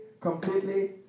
completely